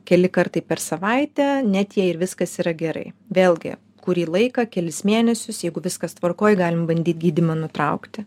keli kartai per savaitę net jei ir viskas yra gerai vėlgi kurį laiką kelis mėnesius jeigu viskas tvarkoj galim bandyt gydymą nutraukti